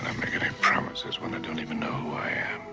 make any promises when i don't even know who i